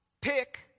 pick